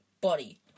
body